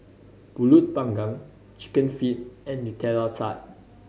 Pulut Panggang Chicken Feet and Nutella Tart